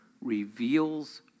reveals